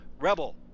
rebel